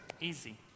Easy